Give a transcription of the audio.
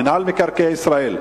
מינהל מקרקעי ישראל,